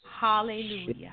Hallelujah